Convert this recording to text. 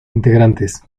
integrantes